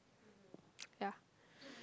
yeah